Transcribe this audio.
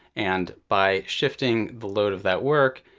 and by shifting the load of that work,